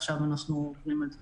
עכשיו אנחנו עובדים על זה.